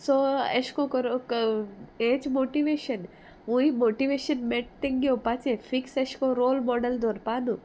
so एश कोरो हेच मोटिवेशन वूय मोटिवेशन मेटा थिंग घेवपाचें फिक्स एश कोन रोल मॉडल दवरपा न्हू